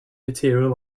material